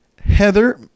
Heather